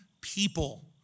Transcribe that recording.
people